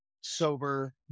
sober